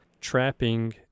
trapping